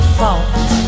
fault